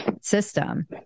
system